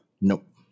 Nope